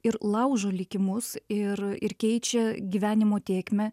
ir laužo likimus ir ir keičia gyvenimo tėkmę